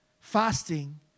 Fasting